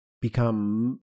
become